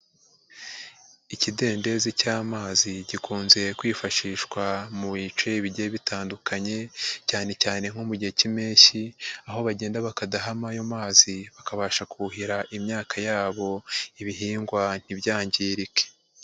Ikidendezi cy'amazi gikunze kwifashishwa mu bice bigiye bitandukanye, cyane cyane nko mu gihe cy'impeshyi, aho bagenda bakadaha ayo mazi, bakabasha kuhira imyaka yabo ibihingwa ntibyangirike.